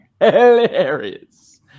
hilarious